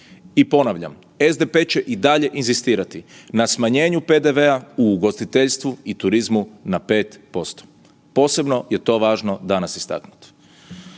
I ponavlja, SDP će i dalje inzistirati na smanjenju PDV-a u ugostiteljstvu i turizmu na 5%. Posebno je to važno danas istaknuti.